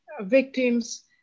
victims